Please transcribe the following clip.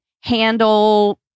handle